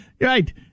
Right